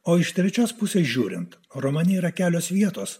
o iš trečios pusės žiūrint romane yra kelios vietos